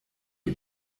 ihr